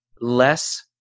less